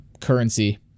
currency